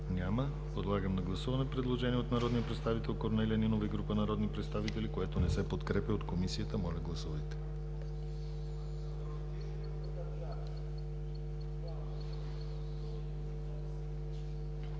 приети. Подлагам на гласуване предложение, направено от народния представител Корнелия Нинова и група народни представители, което не се подкрепя от Комисията. Гласували